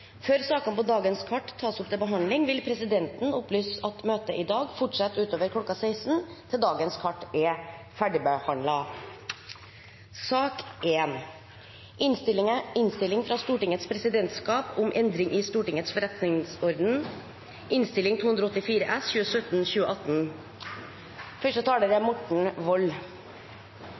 Før sakene på dagens kart tas opp til behandling, vil presidenten opplyse at møtet i dag fortsetter utover kl. 16, til dagens kart er ferdigbehandlet. : Denne saken gjelder forslag til endring i Stortingets forretningsorden